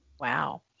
Wow